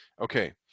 Okay